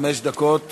חמש דקות